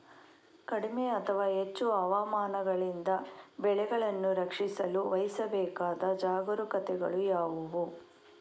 ಕಡಿಮೆ ಅಥವಾ ಹೆಚ್ಚು ಹವಾಮಾನಗಳಿಂದ ಬೆಳೆಗಳನ್ನು ರಕ್ಷಿಸಲು ವಹಿಸಬೇಕಾದ ಜಾಗರೂಕತೆಗಳು ಯಾವುವು?